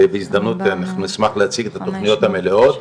בהזדמנות נשמח להציג את התכניות המלאות.